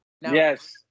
Yes